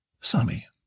Sammy